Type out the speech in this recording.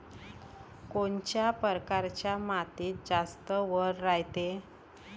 कोनच्या परकारच्या मातीत जास्त वल रायते?